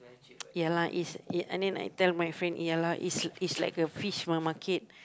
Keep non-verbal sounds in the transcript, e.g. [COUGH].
[NOISE] ya lah it's eh and then like tell my friend ya lah it's it's like a fish ma~ market